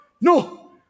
No